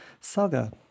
Saga